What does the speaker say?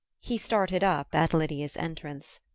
he started up at lydia's entrance.